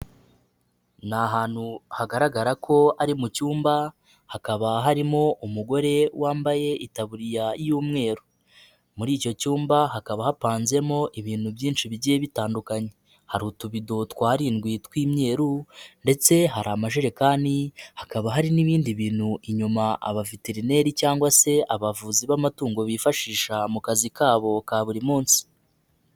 Ni ahantu hagaragara ko ari mu cyumba hakaba harimo umugore wambaye itabuririya y'umweru, muri icyo cyumba hakaba hapanzemo ibintu byinshi bigiye bitandukanye, hari utubido tw'arindwi tw'imyeru ndetse hari amajerekani, hakaba hari n'ibindi bintu inyuma abaveterineri cyangwa se abavuzi b'amatungo bifashisha mu kazi kabo ka buri munsi.